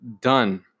done